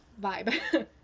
vibe